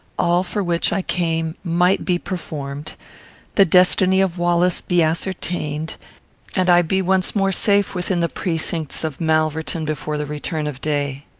all for which i came might be performed the destiny of wallace be ascertained and i be once more safe within the precincts of malverton before the return of day.